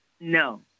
No